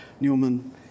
Newman